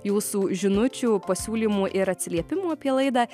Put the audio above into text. jūsų žinučių pasiūlymų ir atsiliepimų apie laidą